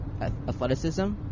athleticism